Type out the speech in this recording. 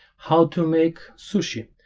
how to make sushi,